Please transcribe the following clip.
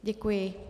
Děkuji.